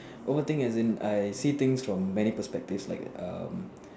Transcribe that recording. overthink as in I see things from many perspectives like um